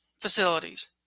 facilities